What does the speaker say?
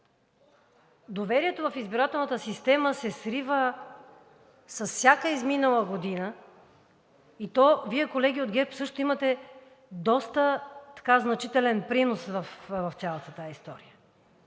Доверието в избирателната система се срива с всяка изминала година, и то Вие, колеги от ГЕРБ, също имате доста значителен принос в цялата тази история.